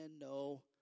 no